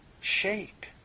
shake